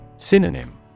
Synonym